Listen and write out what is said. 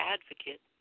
Advocate